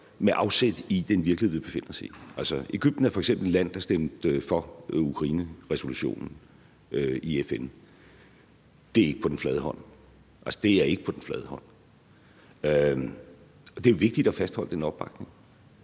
med afsæt i den virkelighed, vi befinder os i. Egypten er f.eks. et land, der stemte for Ukraineresolutionen i FN – det lå ikke på den flade hånd. Det er vigtigt at fastholde den opbakning.